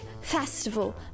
festival